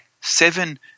seven